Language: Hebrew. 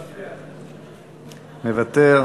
מוותר,